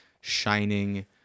shining